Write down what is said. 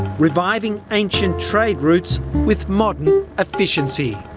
reviving ancient trade routes with modern efficiency.